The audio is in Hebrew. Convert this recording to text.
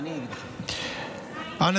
אני שואל אם אני צריך להאריך או לא.